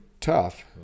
tough